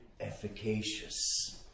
efficacious